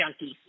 Junkies